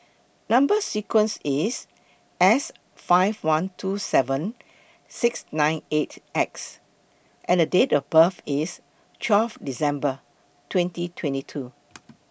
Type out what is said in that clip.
Number sequence IS S five one two seven six nine eight X and Date of birth IS twelve December twenty twenty two